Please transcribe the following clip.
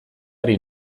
ari